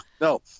no